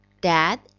Dad